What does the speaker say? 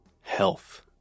health